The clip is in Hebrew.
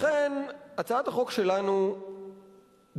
לכן, הצעת החוק שלנו דורשת